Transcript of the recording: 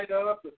up